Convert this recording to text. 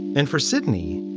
and for sydney,